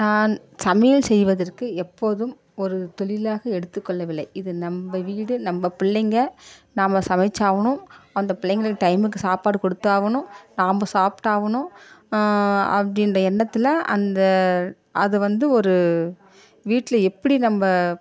நான் சமையல் செய்வதற்கு எப்போதும் ஒரு தொழிலாக எடுத்து கொள்ளவில்லை இது நம்ம வீடு நம்ம பிள்ளைங்க நம்ம சமைச்சாகனும் அந்த பிள்ளைங்களுக்கு டைமுக்கு சாப்பாடு கொடுத்தாகணும் நம்ப சாப்ட்டாகனும் அப்படின்ற எண்ணத்தில்அந்த அது வந்து ஒரு வீட்டில் எப்படி நம்ம